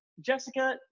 Jessica